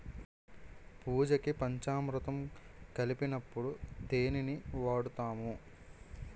పూజకి పంచామురుతం కలిపినప్పుడు తేనిని వాడుతాము